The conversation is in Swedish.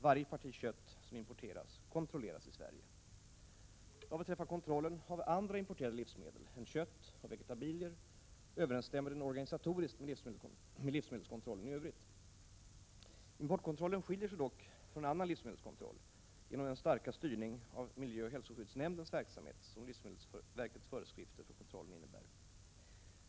Varje parti kött som importeras kontrolleras i Sverige. Vad beträffar kontrollen av andra importerade livsmedel än kött och vegetabilier överensstämmer den organisatoriskt med livsmedelskontrollen i övrigt. Importkontrollen skiljer sig dock från annan livsmedelskontroll genom den starka styrning av miljöoch hälsoskyddsnämndens verksamhet som livsmedelsverkets föreskrifter för kontrollen innebär.